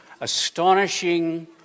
astonishing